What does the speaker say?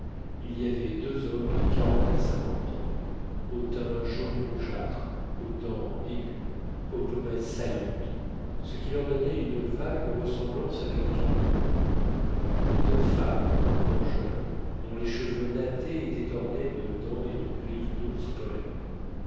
il y avait deux hommes de quarante à cinquante ans au teint jaune rougeâtre aux dents aiguës aux pommettes saillantes ce qui leur donnait une vague ressemblance avec des carnivores deux femmes encore jeunes dont les cheveux nattés étaient ornés de dents et de griffes d'ours polaires